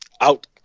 out